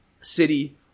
City